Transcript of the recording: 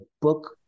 book